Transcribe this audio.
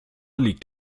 liegt